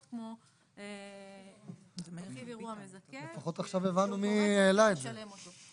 כמו רכיב אירוע מזכה שהוא אומר שצריך לשלם אותו.